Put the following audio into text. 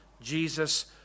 Jesus